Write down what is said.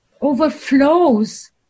overflows